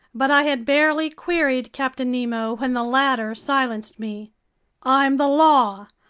but i had barely queried captain nemo when the latter silenced me i'm the law,